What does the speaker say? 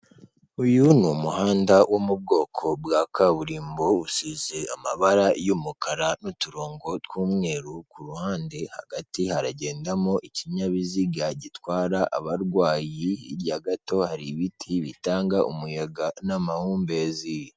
Uyu ni umuhanda wo mu bwoko bwa kaburimbo, usize amabara y'umukara n'uturongo tw'umweru ku ruhande, hagati haragendamo ikinyabiziga gitwara abarwayi, hirya gato hari ibiti bitanga umuyaga n'amahumbezi.